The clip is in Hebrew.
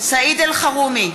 סעיד אלחרומי,